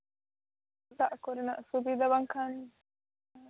ᱫᱟᱜ ᱠᱚᱨᱮᱱᱟᱜ ᱥᱩᱵᱤᱫᱷᱟ ᱵᱟᱝᱠᱷᱟᱱ